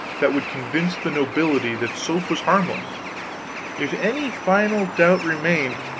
that could convince the nobility that soap was harmless if any final doubt remained,